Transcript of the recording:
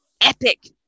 epic